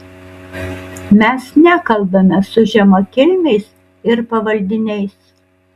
mes nekalbame su žemakilmiais ir pavaldiniais